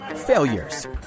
failures